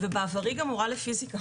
ובעברי גם מורה לפיזיקה.